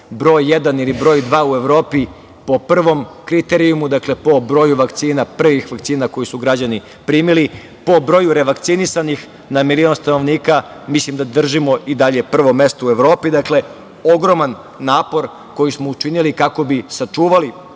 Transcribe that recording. broj jedan, ili broj dva u Evropi po prvom kriterijumu, dakle, po broju vakcina, prvih vakcina koju su građani primili, po broju revakcinisanih, na milion stanovnika mislim da držimo i dalje prvo mestu u Evropi. Dakle, ogroman napor koji smo učinili kako bi sačuvali